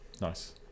nice